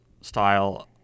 style